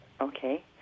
Okay